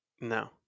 No